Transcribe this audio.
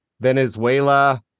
Venezuela